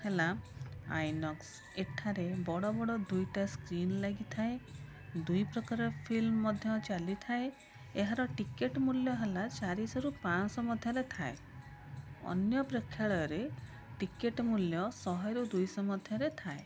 ହେଲା ଆଇନକ୍ସ ଏଠାରେ ବଡ଼ବଡ଼ ଦୁଇଟା ସ୍କ୍ରିନ୍ ଲାଗିଥାଏ ଦୁଇପ୍ରକାର ଫିଲ୍ମ ମଧ୍ୟ ଚାଲିଥାଏ ଏହାର ଟିକେଟ୍ ମୂଲ୍ୟ ହେଲା ଚାରିଶହରୁ ପାଞ୍ଚ ଶହ ମଧ୍ୟରେ ଥାଏ ଅନ୍ୟ ପ୍ରେକ୍ଷାଳୟରେ ଟିକେଟ୍ ମୂଲ୍ୟ ଶହେରୁ ଦୁଇଶହ ମଧ୍ୟରେ ଥାଏ